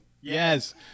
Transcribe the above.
Yes